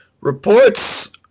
reports